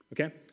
okay